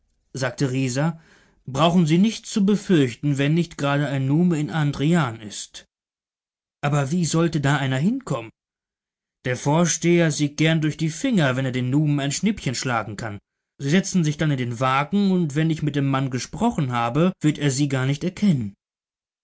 sagte rieser brauchen sie nichts zu befürchten wenn nicht gerade ein nume in andrian ist aber wie sollte da einer hinkommen der vorsteher sieht gern durch die finger wenn er den numen ein schnippchen schlagen kann sie setzen sich dann in den wagen und wenn ich mit dem mann gesprochen habe wird er sie gar nicht erkennen